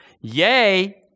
Yay